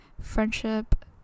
friendship